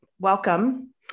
welcome